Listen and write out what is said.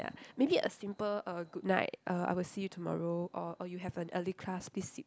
maybe a simple uh goodnight uh I will see you tomorrow or or you have an early class please sleep